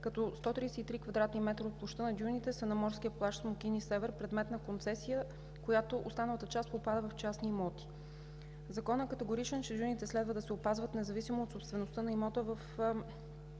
като 133 квадратни метра от площта на дюните са на морския плаж „Смокини – север“, предмет на концесия, от която останалата част попада в частни имоти. Законът е категоричен, че дюните следва да се опазват независимо от собствеността на имота, в